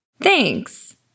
Thanks